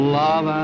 love